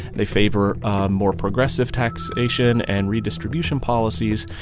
they favor more progressive taxation and redistribution policies.